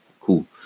cool